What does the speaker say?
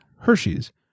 Hershey's